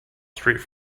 straight